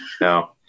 No